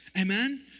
Amen